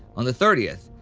on the thirtieth,